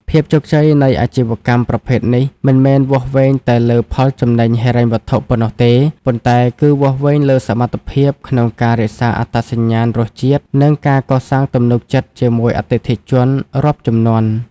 ភាពជោគជ័យនៃអាជីវកម្មប្រភេទនេះមិនមែនវាស់វែងតែលើផលចំណេញហិរញ្ញវត្ថុប៉ុណ្ណោះទេ ប៉ុន្តែគឺវាស់វែងលើសមត្ថភាពក្នុងការរក្សាអត្តសញ្ញាណរសជាតិ និងការកសាងទំនុកចិត្តជាមួយអតិថិជនរាប់ជំនាន់។